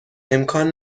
امکان